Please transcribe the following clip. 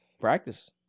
Practice